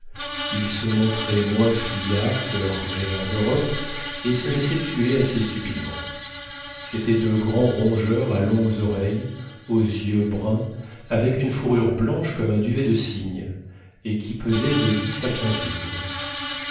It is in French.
ils se montraient moins fuyards que leurs congénères d'europe et se laissaient tuer assez stupidement c'étaient de grands rongeurs à longues oreilles aux yeux bruns avec une fourrure blanche comme un duvet de cygne et qui pesaient de dix à quinze livres